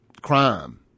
crime